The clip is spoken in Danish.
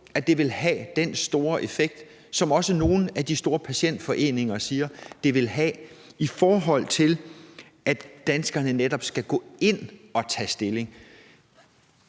at det vil have den store effekt, som også nogle af de store patientforeninger siger, det vil have, i forhold til at danskerne netop skal gå ind at tage stilling.